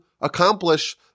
accomplish